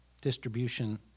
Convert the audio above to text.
distribution